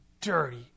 dirty